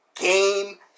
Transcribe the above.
Game